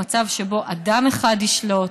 למצב שבו אדם אחד ישלוט,